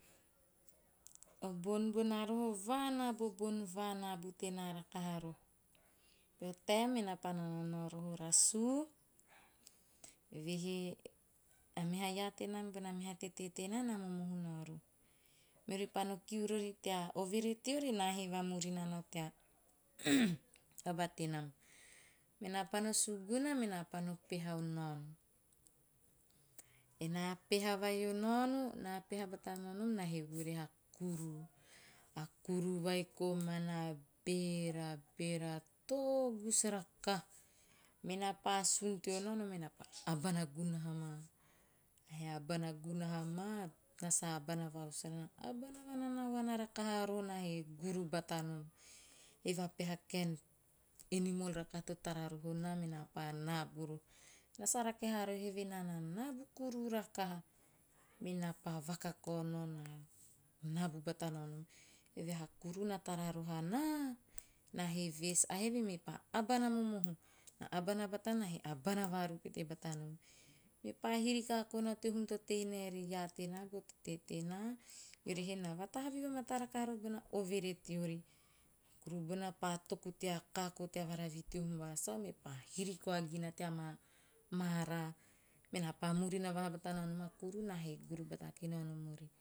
O bon boona roho vaan a bobon bon vanabu tenaa rakaha roho. Peho taem menaa pa naonao roho rasuu, eve he a meha iaa tenaa mibona meha tetee tenaa na momohu roho. Meori pa no kiu rori tea overe teori, naa he vamurina nao tea taba tenam. Menaa pa no sun teo naono menaa pa abana gunaha maa, naa sa abana vahusu haa, abana vainanaona rakaha roho naa he guru batanom. Eve a peha kaen animal rakaha to tara roho naa, menaa pa naabu roho. Na sa rake haaroho eve na nanabu kuruu rakaha. Me naa pa vakakao nao, nabu bata nao nom. Eve he a kuruu na tara roho anaa, naa he ves ahe eve mepa abana momohu. A bana batana, naa he abana varu pete bata nom. Mepa hiri kako nao tea hum to tei nae ere iaa tenaa bo tetee tenaa, eori he na vatahavi va mataa rakaha roho bona overe teori a kuru bona pa toku tea kako tea vara vihi teo hum vasau, mepa hiri koa gina tea maa mara, menaa pa murina vaha bata nao nom a kuru, naa he guru bata kinao nom ori,